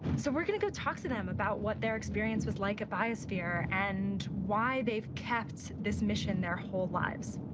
so we're going to go talk to them about what their experience was like at biosphere and why they've kept this mission their whole lives.